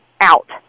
out